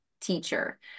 teacher